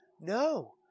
No